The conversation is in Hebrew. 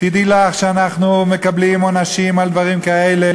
תדעי לך שאנחנו מקבלים עונשים על דברים כאלה,